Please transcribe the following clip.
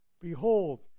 Behold